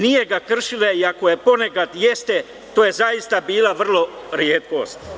Nije ga kršila, iako ponekad jeste, to je zaista bila vrlo retkost.